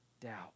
doubt